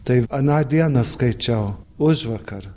tai aną dieną skaičiau užvakar